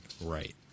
right